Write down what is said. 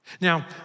Now